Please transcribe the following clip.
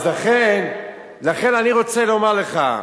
לכן אני רוצה לומר לך,